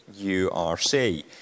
URC